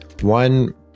one